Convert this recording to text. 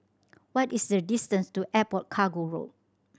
what is the distance to Airport Cargo Road